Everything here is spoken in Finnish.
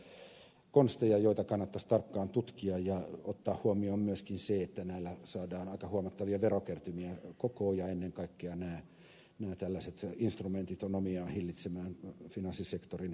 nämä ovat sellaisia konsteja joita kannattaisi tarkkaan tutkia ja ottaa huomioon myöskin se että näillä saadaan aika huomattavia verokertymiä kokoon ja ennen kaikkea nämä tällaiset instrumentit ovat omiaan hillitsemään finanssisektorin ylikuumenemista